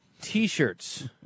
T-shirts